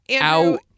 out